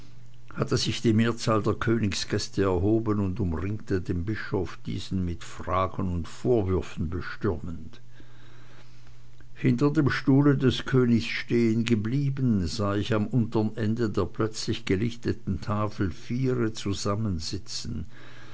hatte sich die mehrzahl der königsgäste erhoben und umringte den bischof diesen mit fragen und vorwürfen bestürmend hinter dem stuhle des königs stehen geblieben sah ich am untern ende der plötzlich gelichteten tafel viere zusammensitzen